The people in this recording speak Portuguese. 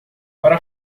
para